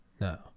No